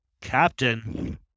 Captain